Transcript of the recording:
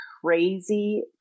crazy